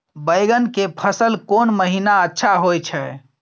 बैंगन के फसल कोन महिना अच्छा होय छै?